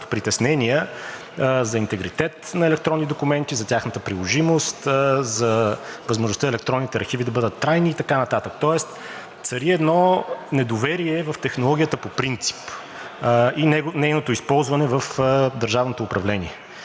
за интегритет на електронни документи, за тяхната приложимост, за възможността електронните архиви да бъдат трайни и така нататък, тоест цари едно недоверие в технологията по принцип и нейното използване в държавното управление.